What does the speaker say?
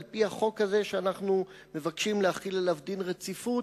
על-פי החוק הזה שאנחנו מבקשים להחיל עליו דין רציפות,